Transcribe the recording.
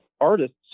artists